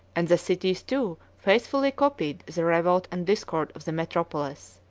and the cities too faithfully copied the revolt and discord of the metropolis.